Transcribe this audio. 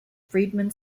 friedman